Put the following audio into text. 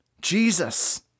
Jesus